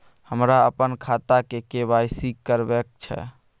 हमरा अपन खाता के के.वाई.सी करबैक छै